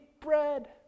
bread